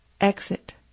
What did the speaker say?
Exit